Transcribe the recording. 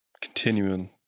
continuing